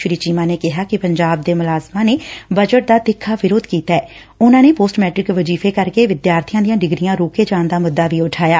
ਸ੍ਰੀ ਚੀਮਾ ਨੇ ਕਿਹਾ ਕਿ ਪੰਜਾਬ ਦੇ ਮੁਲਾਜ਼ਮਾਂ ਨੇ ਬਜਟ ਦਾ ਤਿੱਖਾ ਵਿਰੋਧ ਕੀਤਾ ਏ ਉਨਾਂ ਨੇ ਪੋਸਟ ਮੈਟ੍ਰਿਕ ਵਜੀਫ਼ੇ ਕਰਕੇ ਵਿਦਿਆਰਥੀਆਂ ਦੀਆਂ ਡਿਗਰੀਆਂ ਰੋਕੇ ਜਾਣ ਦਾ ਮੁੱਦਾ ਵੀ ਉਠਾਇਆਂ